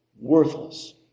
worthless